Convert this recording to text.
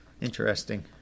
interesting